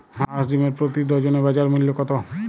হাঁস ডিমের প্রতি ডজনে বাজার মূল্য কত?